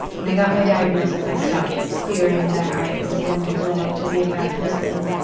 when i got my diagnosis, i stopped fearing that i was going to grow up to be a bad person.